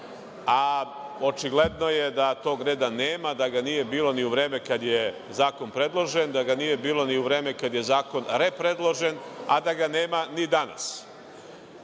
a očigledno je da tog reda nema, da ga nije bilo ni u vreme kada je zakon predložen, da ga nije bilo ni u vreme kada je zakon repredložen, a da ga nema ni